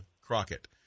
Crockett